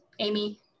Amy